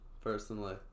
personally